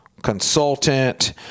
consultant